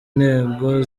intego